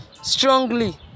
strongly